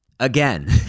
again